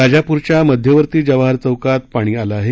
राजापूरच्या मध्यवर्ती जवाहरचौकात पाणी आलं आहे